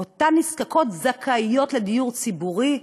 אותן נזקקות זכאיות לדיור ציבורי,